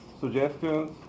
suggestions